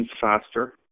faster